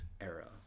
era